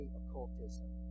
occultism